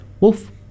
Wolf